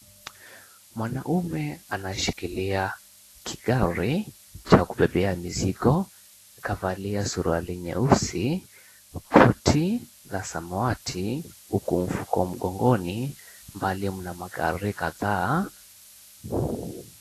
Mwanaume anashikilia kigari cha kubeba mizigo, kavaa suruali nyeusi, koti la samawati huku mfuko mgongoni mbali mna magari kadhaa.